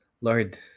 Lord